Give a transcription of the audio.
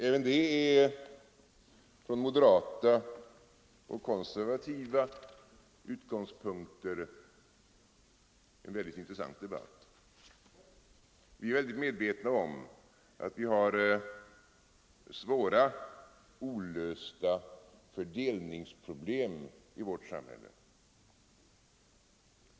Även det är en från moderata och konservativa utgångspunkter mycket intressant debatt. Vi är synnerligen medvetna om att vi har svåra olösta fördelningsproblem i vårt samhälle.